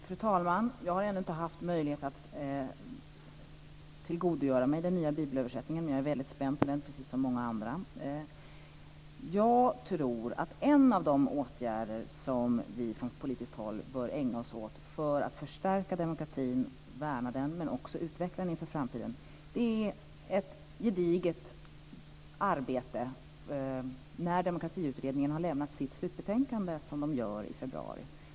Fru talman! Jag har ännu inte haft möjlighet att tillgodogöra mig den nya bibelöversättningen. Men jag är väldigt spänd på den, precis som många andra. Jag tror att en av de åtgärder som vi från politiskt håll bör ägna oss åt för att förstärka och värna men också utveckla demokratin inför framtiden är ett gediget arbete när Demokratiutredningen har lämnat sitt slutbetänkande. Det gör man i februari.